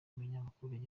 munyamakuru